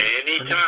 anytime